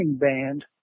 band